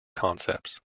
concepts